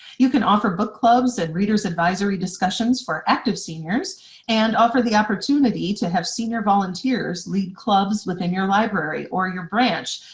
you can offer book clubs and readers advisory discussions for active seniors and offer the opportunity to have senior volunteers lead clubs within your library or your branch.